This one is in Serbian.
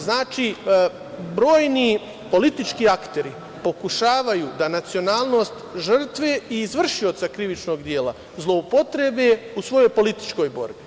Znači, brojni politički akteri pokušavaju da nacionalnost žrtve i izvršioca krivičnog dela zloupotrebe u svojoj političkoj borbi.